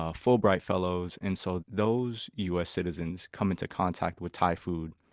ah fulbright fellows. and so those u s. citizens come into contact with thai food